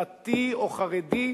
דתי או חרדי,